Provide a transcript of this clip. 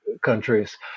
countries